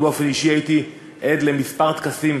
אני באופן אישי הייתי עד לכמה טקסים